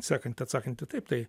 sekant atsakant į taip tai